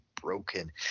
broken